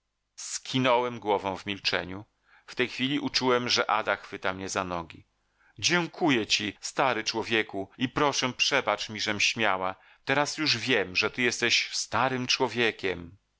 prawda skinąłem głową w milczeniu w tej chwili uczułem że ada chwyta mnie za nogi dziękuję ci stary człowieku i proszę przebacz mi żem śmiała teraz już wiem ty jesteś starym człowiekiem